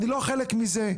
אני לא חלק מזה.